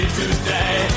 today